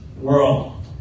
world